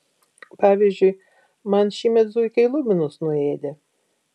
pavyzdžiui man šįmet zuikiai lubinus nuėdė